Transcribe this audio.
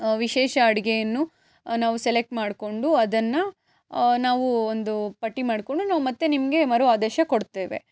ವಿಶೇಷ ಅಡುಗೆಯನ್ನು ನಾವು ಸೆಲೆಕ್ಟ್ ಮಾಡಿಕೊಂಡು ಅದನ್ನು ನಾವು ಒಂದು ಪಟ್ಟಿ ಮಾಡಿಕೊಂಡು ನಾವು ಮತ್ತೆ ನಿಮಗೆ ಮರು ಆದೇಶ ಕೊಡ್ತೇವೆ